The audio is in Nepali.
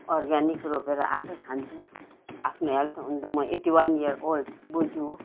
अर्ग्यानिक रोपेर आफै खान्छु आफ्नो हेल्थ हुनु त म एटी वान इयर्स ओल्ड बोजु हो